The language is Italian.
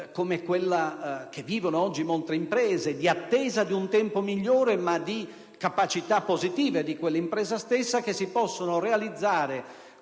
situazione che vivono oggi molte imprese, di attesa di un tempo migliore ma di capacità positive dell'impresa stessa, che si possono realizzare